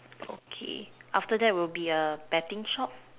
okay after that will be a betting shop